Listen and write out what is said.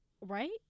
Right